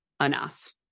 enough